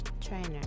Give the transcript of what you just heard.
Trainer